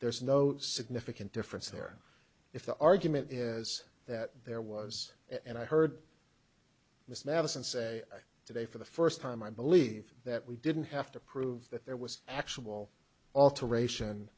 there's no significant difference there if the argument is that there was and i heard this now this and say today for the first time i believe that we didn't have to prove that there was actual alteration